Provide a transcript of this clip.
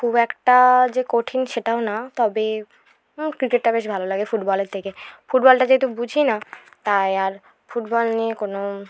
খুব একটা যে কঠিন সেটাও না তবে ক্রিকেটটা বেশ ভালো লাগে ফুটবলের থেকে ফুটবলটা যেহেতু বুঝি না তাই আর ফুটবল নিয়ে কোনো